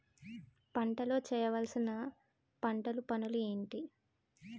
పంటలో చేయవలసిన పంటలు పనులు ఏంటి?